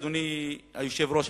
אדוני היושב-ראש,